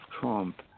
Trump